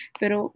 pero